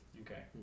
Okay